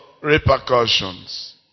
repercussions